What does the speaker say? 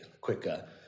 quicker